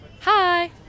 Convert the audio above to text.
Hi